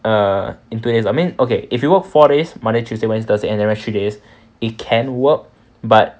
err in today's I mean okay if you work four days monday tuesday wednesday thursday and rest three days it can work but